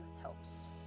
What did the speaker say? helps